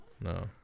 No